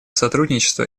сотрудничество